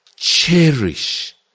cherish